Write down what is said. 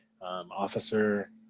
officer